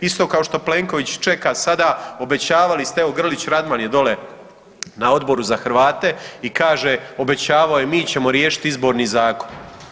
Isto kao što Plenković čeka sada obećavali ste evo Grlić Radman dolje je na Odboru za Hrvate i kaže obećavao je mi ćemo riješiti izborni zakon.